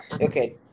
Okay